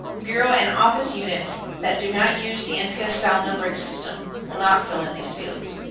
bureau and office units that do not use the nps-style numbering system will not fill in these fields.